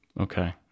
Okay